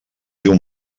diu